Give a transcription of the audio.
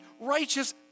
righteous